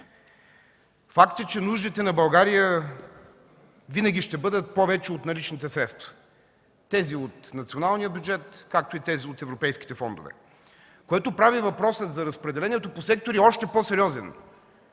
Факт е, че нуждите на България винаги ще бъдат повече от наличните средства – тези от националния бюджет, както и тези от европейските фондове, което прави въпроса за разпределението по сектори още по-сериозен.